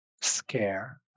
scare